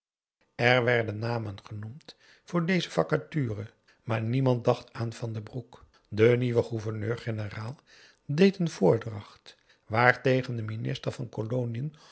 er werden namen genoemd voor deze vacature maar niemand dacht aan van den broek de nieuwe gouverneur-generaal deed een voordracht waartegen de minister van koloniën